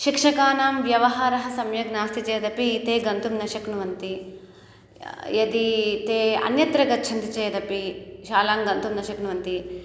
शिक्षकाणां व्यवहारः सम्यक् नास्ति चेदपि ते गन्तुं न शक्नुवन्ति यदि ते अन्यत्र गच्छन्ति चेदपि शालाङ्गन्तुं न शक्नुवन्ति